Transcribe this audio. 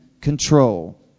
control